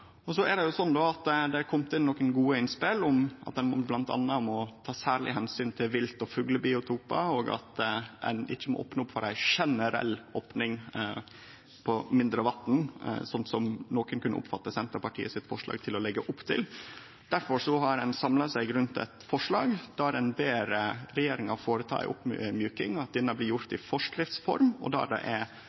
Så har det kome inn nokre gode innspel, bl.a. om at ein må ta særleg omsyn til vilt- og fuglebiotopar, og at ein ikkje må opne opp for ei generell opning på mindre vatn, slik nokon kunne oppfatte at Senterpartiet sitt forslag legg opp til. Difor har ein samla seg om eit forslag der ein ber regjeringa føreta ei oppmjuking, og at ho blir gjord i forskriftsform, der det er